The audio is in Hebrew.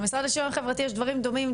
למשרד לשוויון חברתי יש דברים דומים,